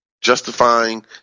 justifying